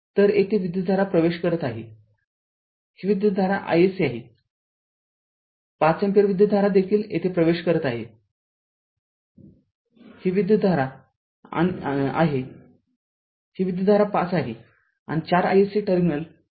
तर येथे विद्युतधारा प्रवेश करत आहे ही विद्युतधारा iSC आहे५ अँपिअर विद्युतधारा देखील येथे प्रवेश करत आहे ही विद्युतधारा ५आहे आणि ४ iSC टर्मिनल सोडून जात आहे